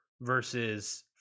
versus